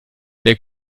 der